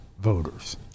voters